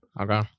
Okay